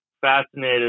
fascinated